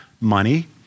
money